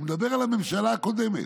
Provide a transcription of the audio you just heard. הוא מדבר על הממשלה הקודמת.